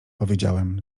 powiedziałem